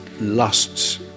lusts